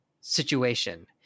situation